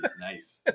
nice